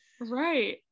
right